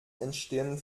entstehen